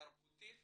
תרבותית